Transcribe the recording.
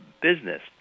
business